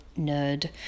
nerd